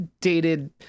dated